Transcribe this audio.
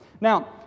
Now